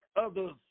others